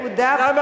תודה רבה לך.